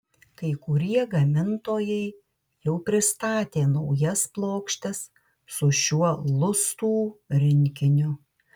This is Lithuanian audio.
kai kurie gamintojai jau pristatė naujas plokštes su šiuo lustų rinkiniu